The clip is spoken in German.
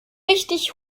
richtig